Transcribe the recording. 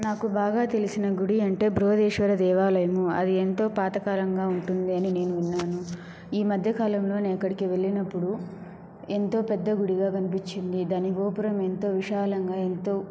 నాకు బాగా తెలిసిన గుడి అంటే బృహదీశ్వర దేవాలయము అది ఎంతో పాతకాలంగా ఉంటుంది అని నేను విన్నాను ఈ మధ్యకాలంలో నేను అక్కడికి వెళ్లినపుడు ఎంతో పెద్ద గుడిగా కనిపించింది దాని గోపురం ఎంతో విశాలంగా ఎంతో